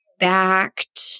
backed